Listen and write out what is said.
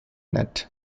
net